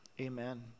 Amen